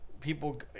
people